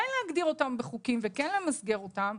כן להגדיר אותן בחוקים וכן למסגר אותן.